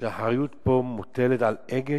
שהאחריות פה מוטלת על "אגד",